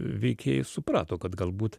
veikėjai suprato kad galbūt